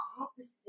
opposite